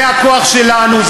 זה הכוח שלנו,